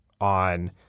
on